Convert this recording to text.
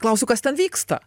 klausiu kas ten vyksta